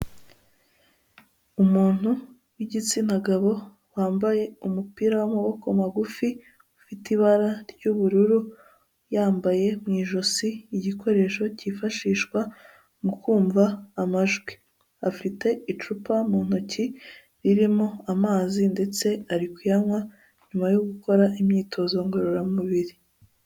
Umuntu w'igitsina gabo wambaye umupira w'amaboko magufi ufite ibara ry'ubururu, yambaye mu ijosi igikoresho cyifashishwa mu kumva amajwi, afite icupa mu ntoki ririmo amazi ndetse ari kuyanywa nyuma yo gukora imyitozo ngororamubiri.